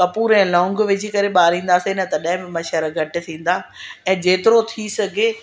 कपूर ऐं लॉंग विझी करे ॿारींदासीं न तॾहिं बि मच्छर घटि थींदा ऐं जेतिरो थी सघे